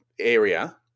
area